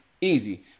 Easy